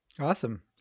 Awesome